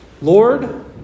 Lord